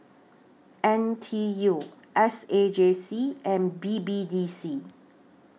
N T U S A J C and B B D C